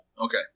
Okay